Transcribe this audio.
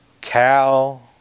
Cal